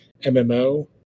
MMO